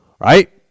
Right